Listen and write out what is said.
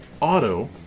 auto